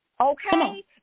Okay